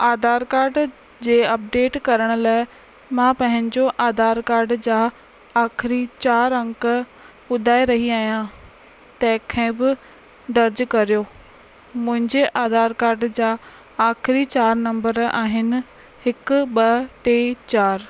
Aadhaar card जे update करण लाइ मां पंहिंजो आधार कार्ड जा आखिरीं चारि अङ ॿुधाए रही आहियां तंहिंखे बि दर्ज करियो मुंहिंजे आधार कार्ड जा आखिरीं चारि नम्बर आहिनि हिकु ॿ टे चारि